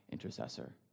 intercessor